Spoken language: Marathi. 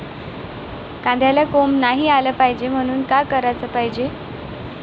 कांद्याला कोंब नाई आलं पायजे म्हनून का कराच पायजे?